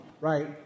right